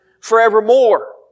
forevermore